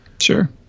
Sure